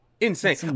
insane